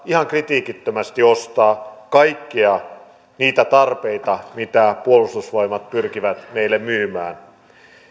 ihan kritiikittömästi ostaa kaikkia niitä tarpeita mitä puolustusvoimat pyrkivät meille myymään